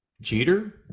Jeter